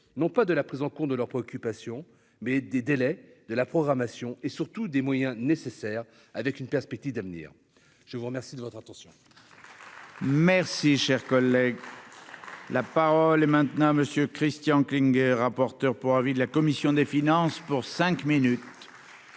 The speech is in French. non pas de la prise en compte de leurs préoccupations, mais des délais de la programmation et surtout des moyens nécessaires, avec une perspective d'avenir, je vous remercie de votre attention. Merci, cher collègue là. La parole est maintenant à monsieur Christian Klinger, rapporteur pour avis de la commission des finances pour cinq minutes.